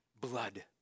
blood